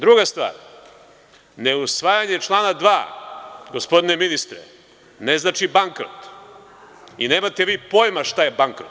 Druga stvar, neusvajanje člana 2, gospodine ministre, ne znači bankrot i nemate vi pojma šta je bankrot.